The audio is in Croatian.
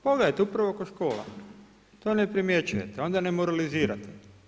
Pogledajte upravo oko škola, to ne primjećujete, on ne moralizirajte.